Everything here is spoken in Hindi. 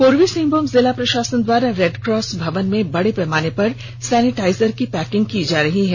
पूर्वी सिंहभूम जिला प्रशासन द्वारा रेड क्रॉस भवन में बड़े पैमाने पर सैनिटाइजर की पैकिंग की जा रही है